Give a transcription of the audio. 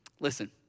listen